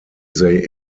they